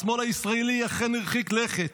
השמאל הישראלי, אכן הרחיק לכת.